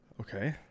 Okay